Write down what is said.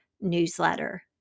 newsletter